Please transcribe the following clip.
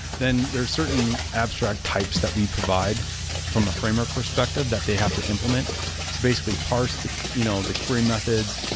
then there is certain abstract types that we provide from a framework perspective that they have to implement to basically parse the you know the query methods,